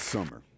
Summer